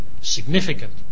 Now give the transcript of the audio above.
significant